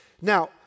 Now